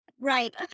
Right